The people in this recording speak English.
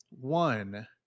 one